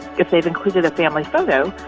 if they've included a family photo,